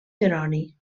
jeroni